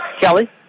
Kelly